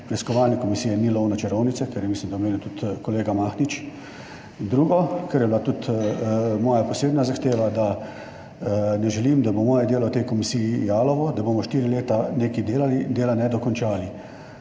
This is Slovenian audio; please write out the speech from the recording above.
preiskovalne komisije ni lov na čarovnice, kar mislim, da je omenil tudi kolega Mahnič. Drugo, kar je bila tudi moja posebna zahteva – da ne želim, da bo moje delo v tej komisiji jalovo, da bomo štiri leta nekaj delali, dela ne dokončali.